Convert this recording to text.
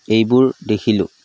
এইবোৰ দেখিলোঁ